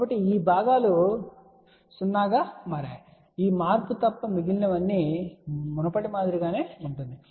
కాబట్టి ఈ భాగాలు 0 గా మారాయి ఈ మార్పు తప్ప మిగిలినవి మునుపటి మాదిరిగానే ఉంటుంది